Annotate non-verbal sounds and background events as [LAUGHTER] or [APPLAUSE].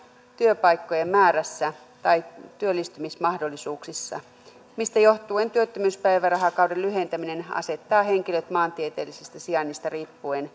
työpaikkojen määrissä tai työllistymismahdollisuuksissa mistä johtuen työttömyyspäivärahakauden lyhentäminen asettaa henkilöt maantieteellisestä sijainnista riippuen [UNINTELLIGIBLE]